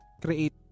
create